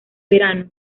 verano